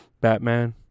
batman